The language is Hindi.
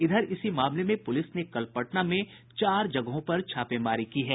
इधर इसी मामले में पुलिस ने कल पटना में चार जगहों पर छापेमारी की है